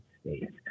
States